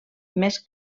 més